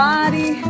Body